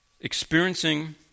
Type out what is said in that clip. experiencing